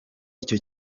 icyo